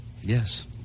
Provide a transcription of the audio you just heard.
Yes